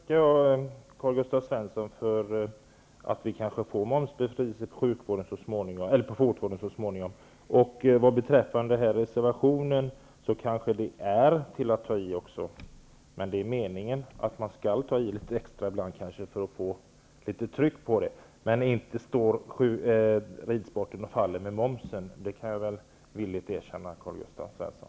Herr talman! Jag tackar Karl-Gösta Svenson för att vi kanske får momsbefrielse på fotvården så småningom. Beträffande reservationen är det kanske att ta i, men ibland är det kanske meningen att man skall ta i litet extra för att få litet tryck på saker och ting. Men ridsporten står och faller inte med momsen. Det kan jag villigt erkänna, Karl-Gösta Svenson.